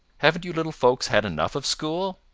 haven't you little folks had enough of school?